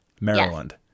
Maryland